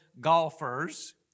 golfers